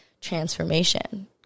transformation